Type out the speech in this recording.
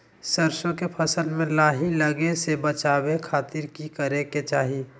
सरसों के फसल में लाही लगे से बचावे खातिर की करे के चाही?